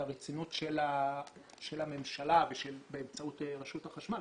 הרצינות של הממשלה באמצעות רשות החשמל,